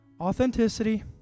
authenticity